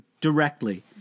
directly